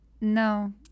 no